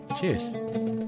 Cheers